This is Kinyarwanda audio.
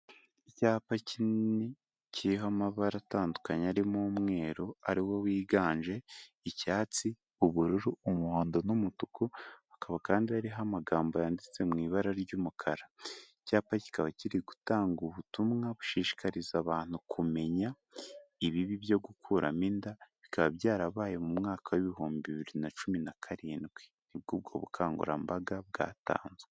Icyapa kinini, kiriho amabara atandukanye arimo umweru ari wo wiganje, icyatsi, ubururu, umuhondo n'umutuku, akaba kandi hariho amagambo yanditse mu ibara ry'umukara. Icyapa kikaba kiri gutanga ubutumwa bushishikariza abantu kumenya ibibi byo gukuramo inda, bikaba byarabaye mu mwaka w'ibihumbi bibiri na cumi na karindwi, nibwo ubwo bukangurambaga bwatanzwe.